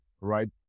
right